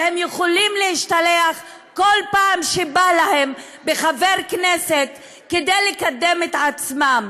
והם יכולים להשתלח כל פעם שבא להם בחבר כנסת כדי לקדם את עצמם.